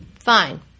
Fine